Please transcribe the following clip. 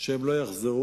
שהם לא יחזרו,